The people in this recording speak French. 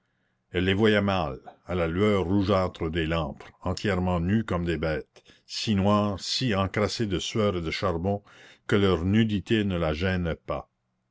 elle les voyait mal à la lueur rougeâtre des lampes entièrement nus comme des bêtes si noirs si encrassés de sueur et de charbon que leur nudité ne la gênait pas